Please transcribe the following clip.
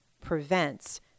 prevents